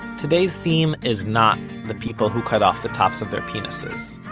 today's theme is not the people who cut off the tops of their penises,